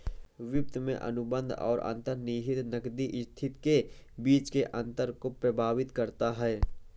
वित्त में अनुबंध और अंतर्निहित नकदी स्थिति के बीच के अंतर को प्रभावित करता है